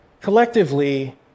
Collectively